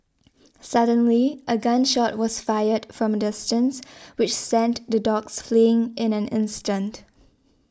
suddenly a gun shot was fired from distance which sent the dogs fleeing in an instant